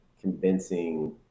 convincing